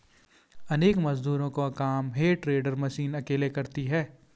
अनेक मजदूरों का काम हे टेडर मशीन अकेले करती है